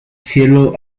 cielo